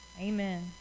Amen